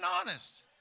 honest